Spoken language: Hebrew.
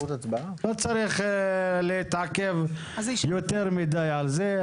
לא צריך להתעכב יותר מדי על זה.